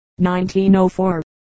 1904